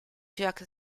jack